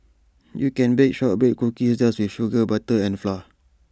you can bake Shortbread Cookies just with sugar butter and flour